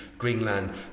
Greenland